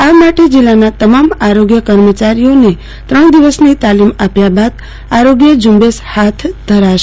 આ માટે જિલ્લાના તમામ આરોગ્ય કર્મચારીઓને ત્રણ દિવસની તાલીમ આપ્યા બાદ આરોગ્ય ઝુંબેશ હાથ ધરાશે